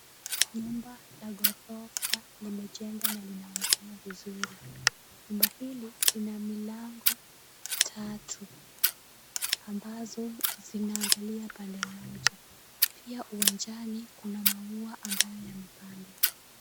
Nyumba la ghorofa limejengwa na linaonekana vizuri, jumba hili lina milango tatu ambazo zinaangalia pande moja, pia uwanjani kuna maua ambayo yamepandwa.